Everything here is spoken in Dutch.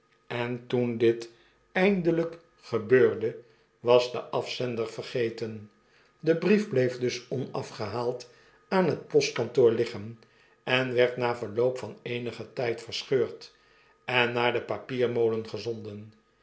en toen dit eindeljjk gebeurde was de afzender vergeten de brief bleef dus onafgehaald aan het postkantoor liggen en werd na verloop van eenigen tfld verscheurd en naar den papiermolen gezonden